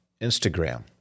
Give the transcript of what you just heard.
Instagram